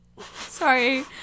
sorry